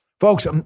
Folks